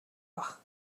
байх